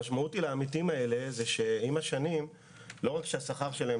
המשמעות לעמיתים האלה היא שעם השנים לא רק שהשכר שלהם